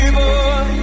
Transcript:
boy